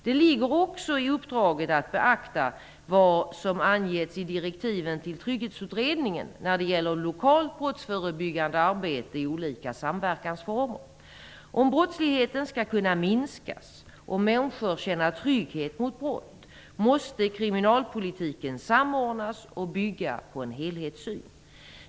Det ligger också i uppdraget att beakta vad som anges i direktiven till trygghetsutredningen när det gäller lokalt brottsförebyggande arbete i olika samverkansformer. Om brottsligheten skall kunna minskas och människor känna trygghet mot brott, måste kriminalpolitiken samordnas och bygga på en helhetssyn.